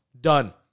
done